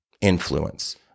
influence